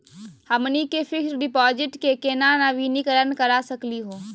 हमनी के fix deposit क केना नवीनीकरण करा सकली हो?